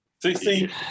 See